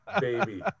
baby